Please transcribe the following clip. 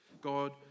God